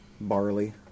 barley